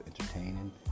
entertaining